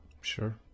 Sure